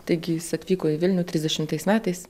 taigi jis atvyko į vilnių trisdešimtais metais